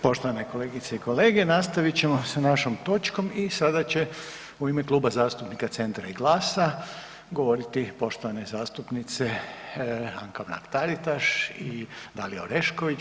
Poštovane kolegice i kolege, nastavit ćemo s našom točkom i sada će u ime Kluba zastupnika Centra i GLAS-a govoriti poštovane zastupnice Anka Mrak-Taritaš i Dalija Orešković.